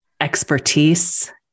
expertise